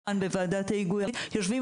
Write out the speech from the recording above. לשולחן בוועדת ההיגוי הארצית יושבים